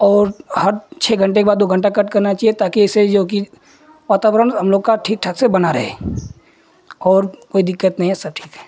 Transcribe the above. और हर छह घण्टे के बाद दो घण्टा कट करनी चहिए ताकि ऐसे जोकि वातावरण हमलोग का ठीक ठाक से बना रहे और कोई दिक्कत नहीं है सब ठीक है